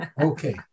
Okay